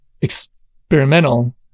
experimental